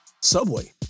Subway